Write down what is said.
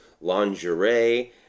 lingerie